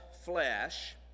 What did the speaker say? flesh